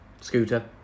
Scooter